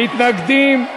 מתנגדים,